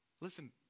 Listen